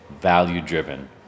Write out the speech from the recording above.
value-driven